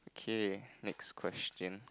okay next question